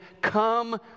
come